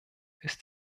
ist